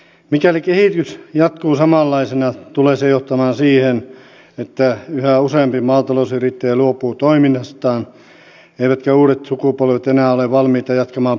mikäli kehitys jatkuu samanlaisena tulee se johtamaan siihen että yhä useampi maatalousyrittäjä luopuu toiminnastaan eivätkä uudet sukupolvet enää ole valmiita jatkamaan perhetilojen toimintaa